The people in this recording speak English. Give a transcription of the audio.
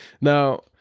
Now